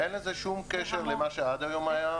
אין לזה שום קשר למה שנקבע והתרחש